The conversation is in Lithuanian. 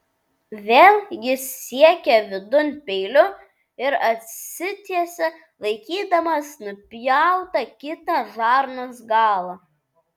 vėl jis siekė vidun peiliu ir atsitiesė laikydamas nupjautą kitą žarnos galą